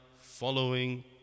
following